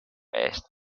eest